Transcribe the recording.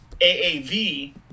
AAV